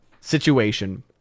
situation